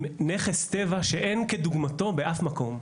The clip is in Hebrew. עם נכס טבע שאין כדוגמתו באף מקום.